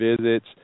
visits